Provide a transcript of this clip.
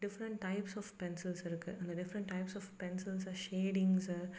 different types of pencils இருக்குது அந்த different types of pencils shadings